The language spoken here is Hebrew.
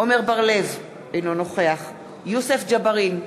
עמר בר-לב, אינו נוכח יוסף ג'בארין,